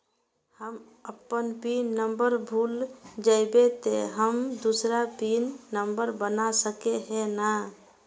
हम अपन pin number भूल जयबे ते हम दूसरा पिन नंबर बना सके है नय?